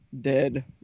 dead